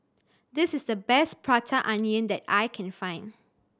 this is the best Prata Onion that I can find